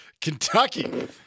Kentucky